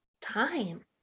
time